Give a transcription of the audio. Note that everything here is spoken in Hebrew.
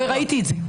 לא ראיתי את זה.